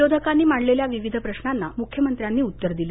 विरोधकांनी मांडलेल्या विविध प्रश्नांना मुख्यमंत्र्यांनी उत्तर दिलं